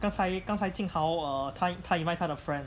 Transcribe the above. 刚才刚才 jing hao err 他他 invite 他的 friend